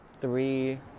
three